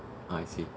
ah I see